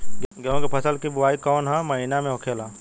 गेहूँ के फसल की बुवाई कौन हैं महीना में होखेला?